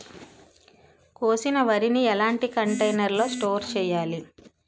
కోసిన వరిని ఎలాంటి కంటైనర్ లో స్టోర్ చెయ్యాలి?